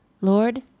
Lord